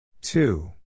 two